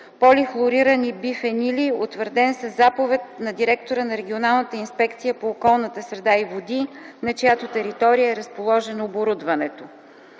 полихлорирани бифенили, утвърден със заповед на директора на регионалната инспекция по околната среда и води, на чиято територия е разположено оборудването.”